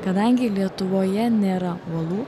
kadangi lietuvoje nėra uolų